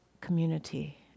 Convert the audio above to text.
community